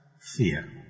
fear